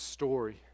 story